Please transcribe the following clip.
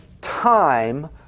time